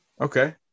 Okay